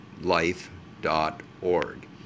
Life.org